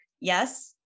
yes